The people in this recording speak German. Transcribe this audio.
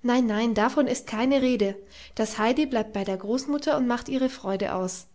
nein nein davon ist keine rede das heidi bleibt bei der großmutter und macht ihre freude aus